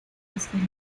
desfile